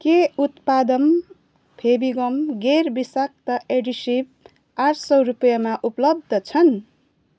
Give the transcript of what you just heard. के उत्पादन फेभिगम गैर विषाक्त एडेसिभ आठ सय रुपियाँमा उपलब्ध छन्